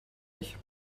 nicht